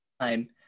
time